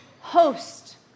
host